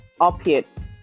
opiates